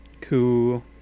Cool